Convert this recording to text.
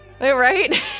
right